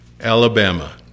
Alabama